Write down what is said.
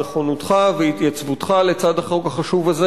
נכונותך והתייצבותך לצד החוק החשוב הזה.